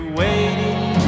waiting